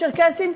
צ'רקסים,